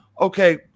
Okay